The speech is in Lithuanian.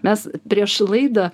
mes prieš laidą